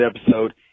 episode